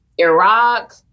Iraq